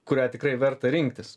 kurią tikrai verta rinktis